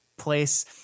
place